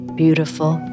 beautiful